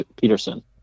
Peterson